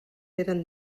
eren